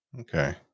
Okay